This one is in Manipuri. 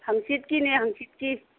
ꯍꯥꯡꯆꯤꯠꯀꯤꯅꯦ ꯍꯥꯡꯆꯤꯠꯀꯤ